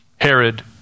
Herod